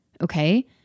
Okay